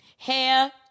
Hair